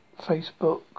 Facebook